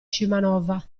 scimanova